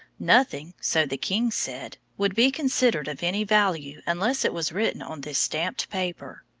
nothing, so the king said, would be considered of any value unless it was written on this stamped paper.